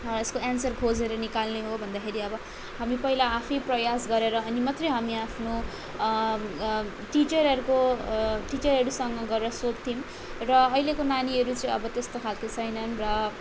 यसको एन्सर खोजेर निकाल्ने हो भन्दाखेरि अब हामी पहिला आफै प्रयास गरेर अनि मात्रै हामी आफ्नो टिचरहरको टिचरहरूसँग गरेर सोध्थ्यौँ र अहिलेको नानीहरू चाहिँ अब त्यस्तो खालको छैनन् र